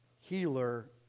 healer